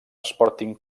sporting